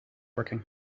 working